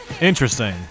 interesting